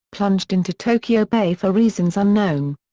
plunged into tokyo bay for reasons unknown.